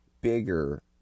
bigger